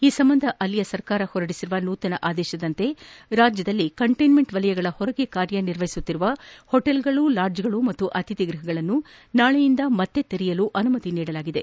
ಈ ಸಂಬಂಧ ಅಲ್ಲಿನ ಸರ್ಕಾರ ಹೊರಡಿಸಿರುವ ನೂತನ ಆದೇಶದಂತೆ ರಾಜ್ಯದಲ್ಲಿ ಕಂಟ್ಟೆನ್ಮೆಂಟ್ ವಲಯಗಳ ಹೊರಗೆ ಕಾರ್ಯನಿರ್ವಹಿಸುವ ಹೋಟೆಲ್ಗಳು ಲಾಡ್ಜ್ಗಳು ಮತ್ತು ಅತಿಥಿ ಗ್ಬಹಗಳನ್ನು ನಾಳೆಯಿಂದ ಮತ್ತೆ ತೆರಯಲು ಅನುಮತಿ ದೊರೆಯಲಿದೆ